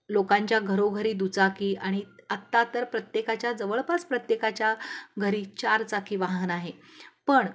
लोकांच्या घरोघरी दुचाकी आणि आत्ता तर प्रत्येकाच्या जवळपास प्रत्येकाच्या घरी चार चाकी वाहन आहे पण